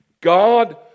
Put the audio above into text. God